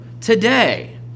today